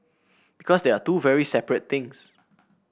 because they are two very separate things